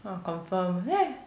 !wah! confirm eh